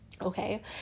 okay